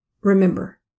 Remember